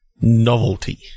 novelty